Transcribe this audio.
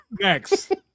Next